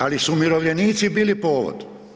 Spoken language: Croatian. Ali su umirovljenici bili povod.